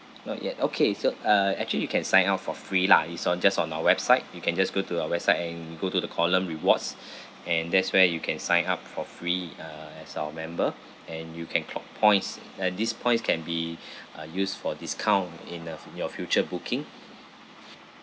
not yet okay so uh actually you can sign up for free lah is on just on our website you can just go to our website and you go to the column rewards and that's where you can sign up for free uh as our member and you can clock points and these points can be uh used for discount in the in your future booking